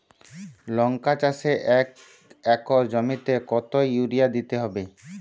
লংকা চাষে এক একর জমিতে কতো ইউরিয়া দিতে হবে?